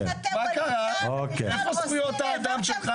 איפה זכויות האדם?